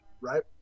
right